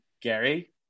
Gary